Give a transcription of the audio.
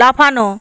লাফানো